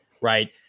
right